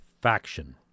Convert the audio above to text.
faction